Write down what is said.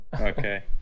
Okay